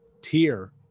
tier